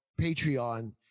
Patreon